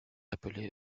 appelé